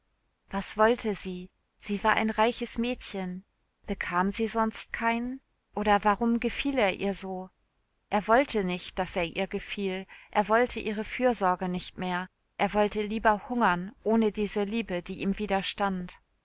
was wollte sie sie war ein reiches mädchen bekam sie sonst keinen oder warum gefiel er ihr so er wollte nicht daß er ihr gefiel er wollte ihre fürsorge nicht mehr er wollte lieber hungern ohne diese liebe die ihm widerstand